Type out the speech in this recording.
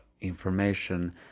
information